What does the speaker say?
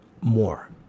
more